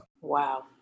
wow